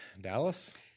Dallas